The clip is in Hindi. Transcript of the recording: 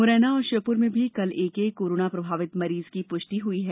मुरैना और श्योपुर में भी कल एक एक कोरोना प्रभावित मरीज की पुष्टि हुई है